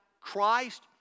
Christ